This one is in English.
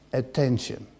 attention